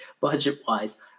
budget-wise